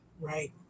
Right